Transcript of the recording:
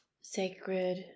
sacred